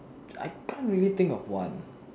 I can't really think of one